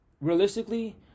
realistically